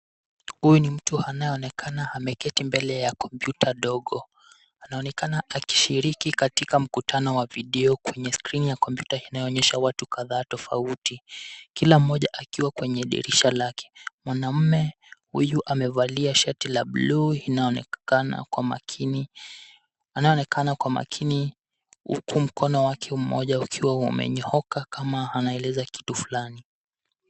Huu ni mtu anayeonekana ameketi mbele ya kompyuta ndogo, anaonekana akishiriki katika mkutano wa video kwenye skrini ya kompyuta inayoonyesha watu kadhaa tofauti, kila mmoja akiwa kwenye dirisha lake. Mwanaume huyu amevalia shati ya bluu inayoonekana kwa makini, anaoonekena kwa makini, huku mkono wake mmoja ukiwa umenyooka, kama anaeleza kitu fulani.